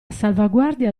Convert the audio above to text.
salvaguardia